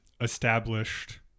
established